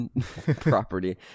property